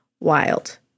wild